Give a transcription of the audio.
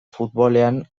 futbolean